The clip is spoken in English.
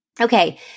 Okay